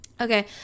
Okay